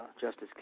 Justice